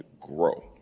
grow